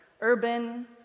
urban